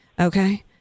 Okay